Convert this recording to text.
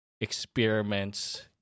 experiments